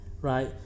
right